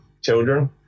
children